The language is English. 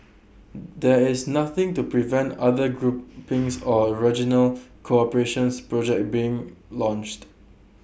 there is nothing to prevent other groupings or regional cooperation's projects being launched